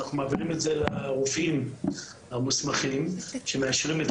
אנחנו מעבירים את זה לרופאים המוסמכים שמאשרים את תגי החניה.